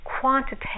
quantitative